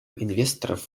инвесторов